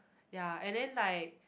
ya and then like